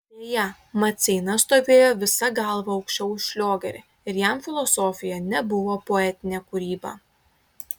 deja maceina stovėjo visa galva aukščiau už šliogerį ir jam filosofija nebuvo poetinė kūryba